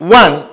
one